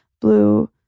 Blue